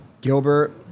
Gilbert